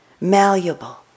malleable